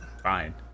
fine